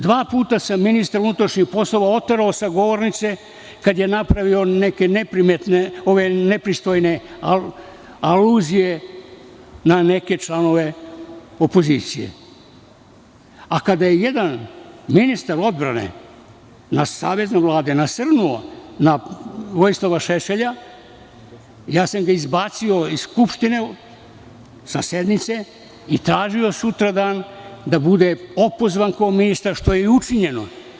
Dva puta sam ministra unutrašnjih poslova oterao sa govornice kada je napravio neke nepristojne aluzije na neke članove opozicije, a kada je jedan ministar odbrane na savezu Vlade nasrnuo na Vojislava Šešelja, ja sam ga izbacio iz Skupštine sa sednici i tražio sutradan da bude opozvan kao ministar, što je i učinjeno.